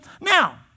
Now